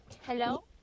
Hello